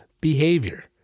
behavior